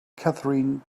catherine